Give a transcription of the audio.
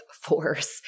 force